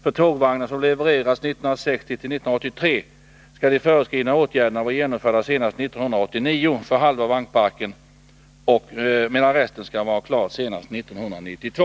För tågvagnar som levererats 1960-1983 skall de föreskrivna åtgärderna vara genomförda senast 1989 för halva vagnparken, medan resten skall vara klar senast 1992.